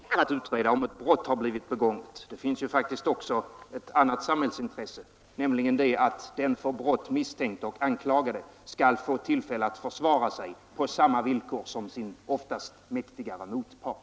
Herr talman! Det finns ju inte bara ett samhällsintresse av att utreda om ett brott har blivit begånget. Det finns faktiskt också ett annat samhällsintresse, nämligen det att den för brott misstänkte och anklagade skall få tillfälle att försvara sig på samma villkor som gäller för hans oftast mäktigare motpart.